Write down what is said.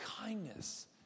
kindness